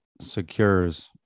secures